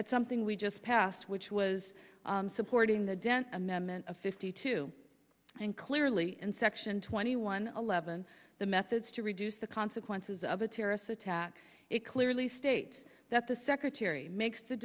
at something we just passed which was supporting the dent amendment of fifty two and clearly and section twenty one eleven the methods to reduce the consequences of a terrorist attack it clearly states that the secretary makes the